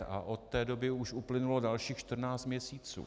A od té doby už uplynulo dalších 14 měsíců.